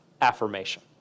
affirmation